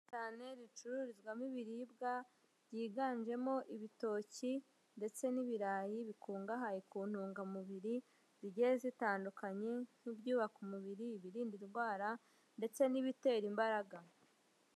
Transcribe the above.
Cyane ricururizwamo ibiribwa byiganjemo ibitoki, ndetse n'ibirayi bikungahaye ku ntungamubiri zigiye zitandukanye nk'ibyubaka umubiri, ibirinda indwara ndetse n'ibitera imbaraga.